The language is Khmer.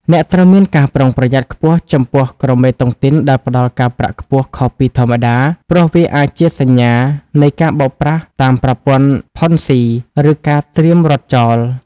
អ្នកត្រូវមានការប្រុងប្រយ័ត្នខ្ពស់ចំពោះក្រុមតុងទីនដែលផ្ដល់ការប្រាក់ខ្ពស់ខុសពីធម្មតា ព្រោះវាអាចជាសញ្ញានៃការបោកប្រាស់តាមប្រព័ន្ធ "Ponzi" ឬការត្រៀមរត់ចោល។